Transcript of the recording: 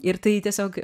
ir tai tiesiog